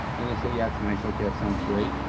and they say yeah, it's nice, ok, that sounds great.